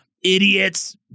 idiots